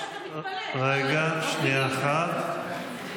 לך שנות חיים"; 'אֹרֶך ימים בִּימינָה,